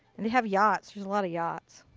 and they have yachts. there's a lot of yachts.